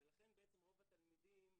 ולכן רוב התלמידים,